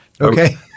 okay